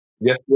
Yes